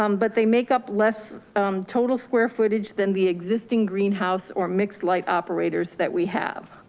um but they make up less total square footage than the existing greenhouse or mixed light operators that we have.